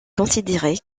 considéré